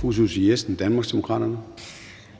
Kl. 16:49 Formanden (Søren